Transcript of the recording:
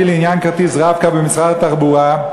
לעניין כרטיסי "רב-קו" במשרד התחבורה,